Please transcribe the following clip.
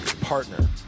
partner